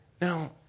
Now